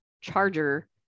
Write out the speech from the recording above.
Charger